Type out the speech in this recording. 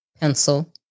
pencil